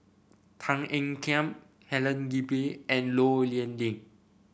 Tan Ean Kiam Helen Gilbey and Low Yen Ling